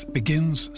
begins